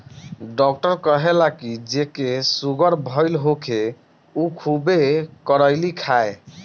doctor कहेला की जेके सुगर भईल होखे उ खुबे करइली खाए